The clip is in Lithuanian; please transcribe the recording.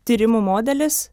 tyrimų modelis